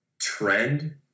trend